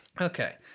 Okay